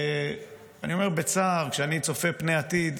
ואני אומר בצער, כשאני צופה פני עתיד,